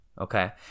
okay